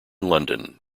london